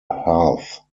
hearth